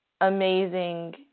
amazing